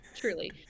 truly